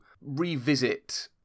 revisit